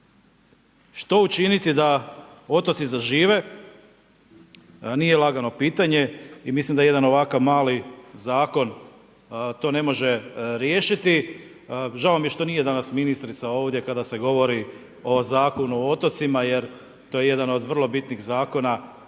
Što učiniti da otoci zažive? Nije lagano pitanje i mislim da jedan ovakav mali Zakon to ne može riješiti. Žao mi je što nije danas ministrica ovdje kada se govori o Zakonu o otocima jer to je jedan od vrlo bitnih Zakona